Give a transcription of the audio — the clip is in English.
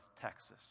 Texas